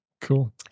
Cool